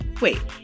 Wait